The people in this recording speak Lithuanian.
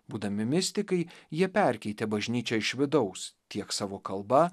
būdami mistikai jie perkeitė bažnyčią iš vidaus tiek savo kalba